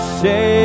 say